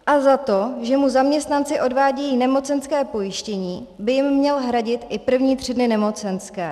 A za to, že mu zaměstnanci odvádějí nemocenské pojištění, by jim měl hradit i první tři dny nemocenské.